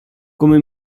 come